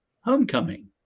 homecoming